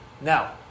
Now